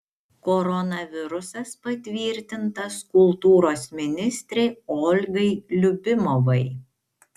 koronavirusas patvirtintas kultūros ministrei olgai liubimovai